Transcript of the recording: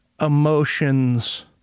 emotions